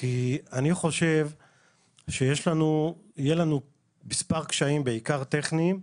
כי אני חושב שיהיו לנו מספר קשיים, בעיקר טכניים,